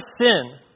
sin